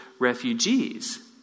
refugees